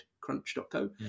crunch.co